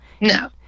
No